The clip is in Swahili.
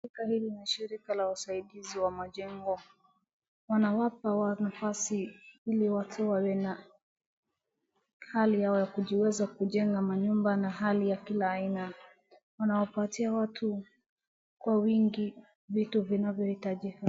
Duka hili ni shirika la usaidizi wa majengo, wanawapa nafasi ili watu wawe na hali ya kuweza kujenga manyumba na hali ya kila aina. Wanawapatia watu kwa wingi vitu vinavyohitajika.